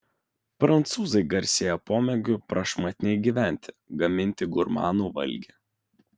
prancūzai garsėja pomėgiu prašmatniai gyventi gaminti gurmanų valgį